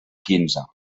quinze